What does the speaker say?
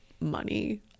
money